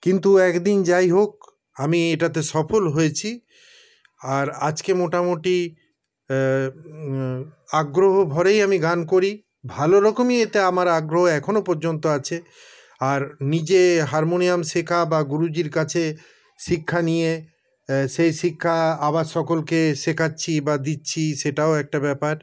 কিন্তু একদিন যাই হোক আমি এটাতে সফল হয়েছি আর আজকে মোটামুটি আগ্রহ ভরেই আমি গান করি ভালোরকমই এতে আমার আগ্রহ এখনও পর্যন্ত আছে আর নিজে হারমোনিয়াম শেখা বা গুরুজীর কাছে শিক্ষা নিয়ে সেই শিক্ষা আবার সকলকে শেখাচ্ছি বা দিচ্ছি সেটাও একটা ব্যাপার